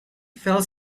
fell